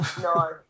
No